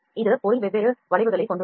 இது பொருள் வெவ்வேறு வளைவுகளை கொண்டுள்ளது